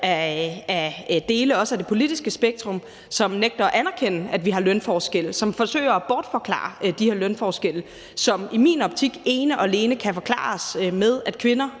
er dele af det politiske spektrum, som nægter at anerkende, at vi har lønforskelle, og som forsøger at bortforklare de her lønforskelle, som i min optik ene og alene kan forklares ved, at kvinder